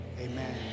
Amen